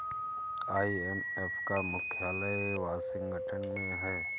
IMF का मुख्यालय Washington में है